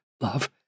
love